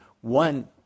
one